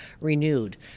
renewed